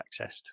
accessed